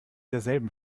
derselben